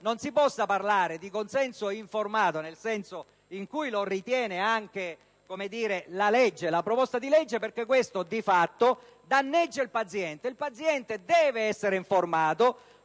non si possa parlare di consenso informato nel senso in cui lo ritiene anche la proposta di legge, perché questo, di fatto, danneggia il paziente. Il paziente deve essere informato